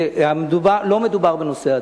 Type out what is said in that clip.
שלא מדובר בנושא עדתי.